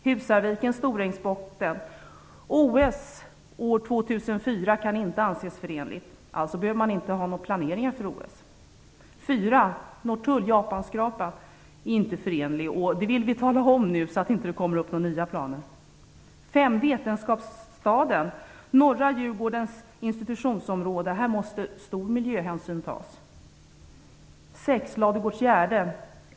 Husarviken, Storängsbotten och OS år 2004 kan inte anses förenligt. Alltså behöver det inte ske någon planering för OS. 4. Norrtull och Japanskrapan är inte förenlig. Det vill vi tala om nu så att det inte blir några nya planer. 5. Vetenskapsstaden, norra Djurgårdens institutionsområde. Här måste stor miljöhänsyn tas. 6. Ladugårdsgärde.